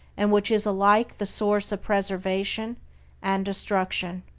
and which is alike the source of preservation and destruction.